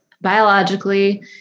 biologically